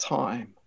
time